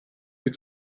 più